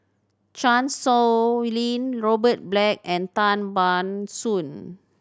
Chan Sow Lin Robert Black and Tan Ban Soon